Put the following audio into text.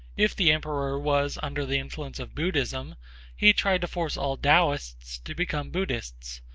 if the emperor was under the influence of buddhism he tried to force all taoists to become buddhists.